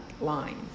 line